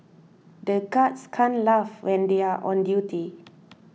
the guards can't laugh when they are on duty